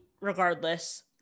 regardless